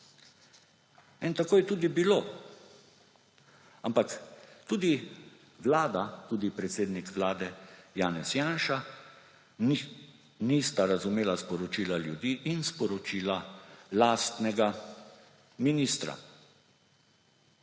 In tako je tudi bilo. Ampak tudi vlada, tudi predsednik Vlade Janez Janša nista razumela sporočila ljudi in sporočila lastnega ministra.